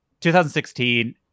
2016